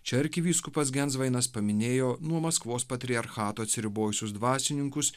čia arkivyskupas gensvainas paminėjo nuo maskvos patriarchato atsiribojusius dvasininkus